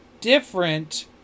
different